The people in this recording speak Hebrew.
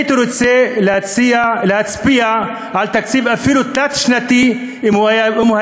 הייתי רוצה להצביע אפילו על תקציב תלת-שנתי אם הוא